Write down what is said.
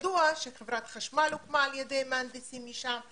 ידוע שחברת חשמל הוקמה על ידי מהנדסים משם,